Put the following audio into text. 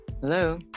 Hello